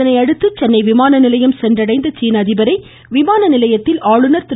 இதனையடுத்து சென்னை விமான நிலையம் சென்றடைந்த சீன அதிபரை விமானநிலையத்தில் ஆளுநர் திரு